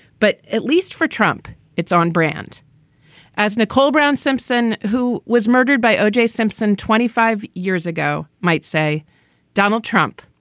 but at least for trump it's on brand as nicole brown simpson, who was murdered by o j. simpson twenty five years ago, might say donald trump.